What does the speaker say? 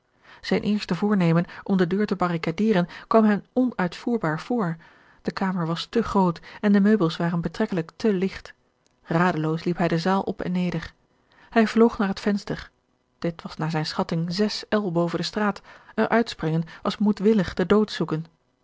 zijn eerste voornemen om de deur te barricaderen kwam hem onuitvoerbaar voor de kamer was te groot en de meubels waren betrekkelijk te ligt radeloos liep hij de zaal op en neder hij vloog naar het venster dit was naar zijne schatting zes el boven de straat er uit springen was moedwillig den dood zoeken